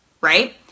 right